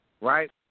right